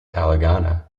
telangana